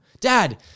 dad